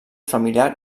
familiar